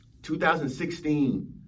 2016